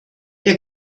der